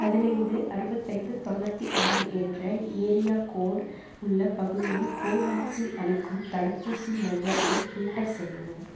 பதினைந்து அறுபத்தி ஐந்து தொண்ணூற்றி ஆறு என்ற ஏரியா கோட் உள்ள பகுதியில் கோவேக்சின் அளிக்கும் தடுப்பூசி மையத்தை ஃபில்டர் செய்யவும்